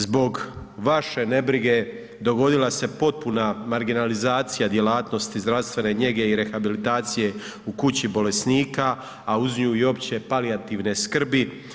Zbog vaše nebrige dogodila se potpuna marginalizacija djelatnosti zdravstvene njege i rehabilitacije u kući bolesnika, a uz nju i opće palijativne skrbi.